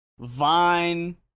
Vine